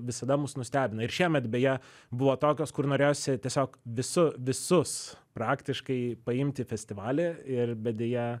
visada mus nustebina ir šiemet beje buvo tokios kur norėjosi tiesiog visu visus praktiškai paimt į festivalį ir bet deja